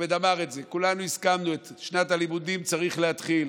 אחמד אמר את זה, שאת שנת הלימודים צריך להתחיל.